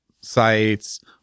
sites